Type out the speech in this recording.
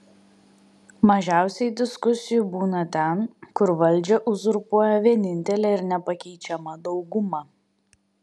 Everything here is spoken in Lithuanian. mažiausiai diskusijų būna ten kur valdžią uzurpuoja vienintelė ir nepakeičiama dauguma